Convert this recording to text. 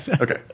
Okay